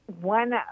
One